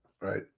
right